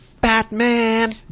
Batman